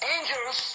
Angels